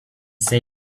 said